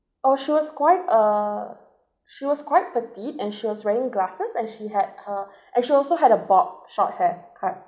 oh she was quite uh she was quite petite and she was wearing glasses and she had her and she also had a bob short haircut